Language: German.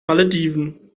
malediven